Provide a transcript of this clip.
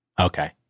Okay